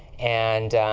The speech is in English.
and,